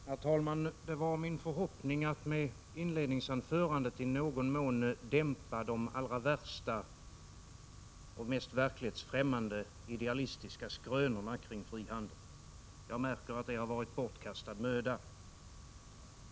Herr talman! Det var min förhoppning att med inledningsanförandet i någon mån dämpa de allra värsta och mest verklighetsfrämmande idealistiska skrönorna beträffande frihandeln. Jag märker att detta har varit bortkastad möda.